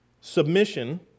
Submission